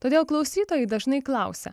todėl klausytojai dažnai klausia